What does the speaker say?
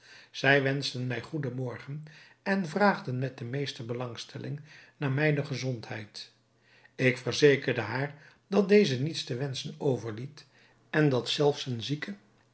zij wenschten mij goeden morgen en vraagden met de meeste belangstelling naar mijne gezondheid ik verzekerde haar dat deze niets te wenschen overliet en dat zelfs een zieke